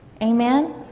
Amen